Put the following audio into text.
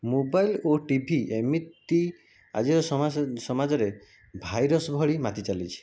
mobile ଓ T V ଏମିତି ଆଜିର ସମାଜରେ ଭାଇରସ୍ ଭଳି ମାତି ଚାଲିଛି